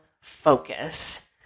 focus